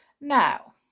Now